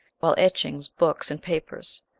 while etchings, books and papers,